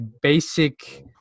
basic